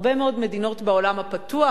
הרבה מאוד מדינות בעולם הפתוח,